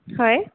হয়